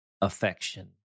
affection